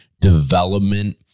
development